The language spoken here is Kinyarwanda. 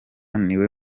niwe